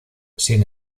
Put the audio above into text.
sin